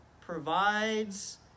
provides